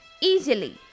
easily